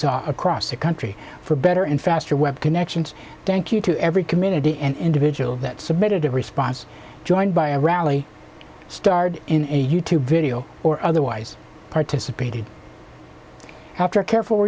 saw across the country for better and faster web connections thank you to every community and individual that submitted a response joined by a rally starred in a youtube video or otherwise participated after careful